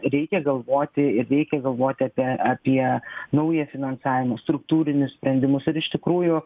reikia galvoti ir reikia galvoti apie apie naują finansavimo struktūrinius sprendimus ir iš tikrųjų